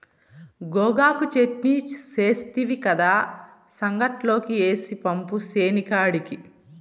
గోగాకు చెట్నీ సేస్తివి కదా, సంగట్లోకి ఏసి పంపు సేనికాడికి